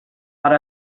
per